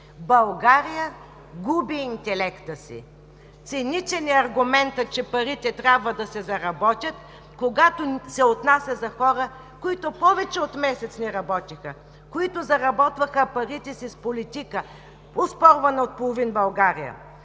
България губи интелекта си. Цените ли аргумента, че парите трябва да се заработят, когато се отнася за хора, които повече от месец не работеха, които заработваха парите си с политика, оспорвана от половин България?